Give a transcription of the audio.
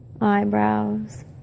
eyebrows